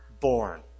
born